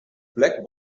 black